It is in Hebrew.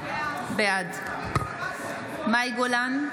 בעד מאי גולן,